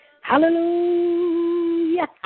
Hallelujah